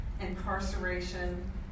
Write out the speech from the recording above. incarceration